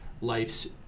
life's